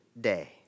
Day